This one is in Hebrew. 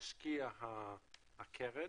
משקיעה הקרן,